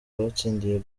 batsindiye